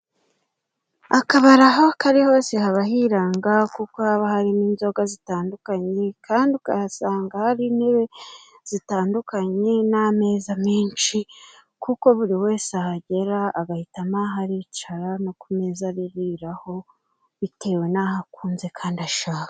Akabari aho kari hose haba hiranga kuko haba harimo inzoga zitandukanye kandi ukahasanga hari intebe zitandukanye n'ameza menshi kuko buri wese ahagera agahitamo aho aricara no ku meza aririraho bitewe n'aho akunze kandi ashaka.